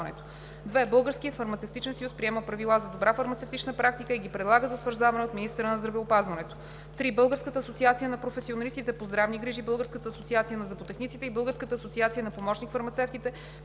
2. Българският фармацевтичен съюз приема правила за добра фармацевтична практика и ги предлага за утвърждаване от министъра на здравеопазването; 3. Българската асоциация на професионалистите по здравни грижи, Българската асоциация на зъботехниците и Българската асоциация на помощник-фармацевтите